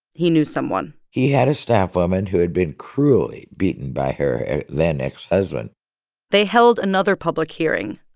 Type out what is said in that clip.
he knew someone he had a staff woman who had been cruelly beaten by her then ex-husband they held another public hearing,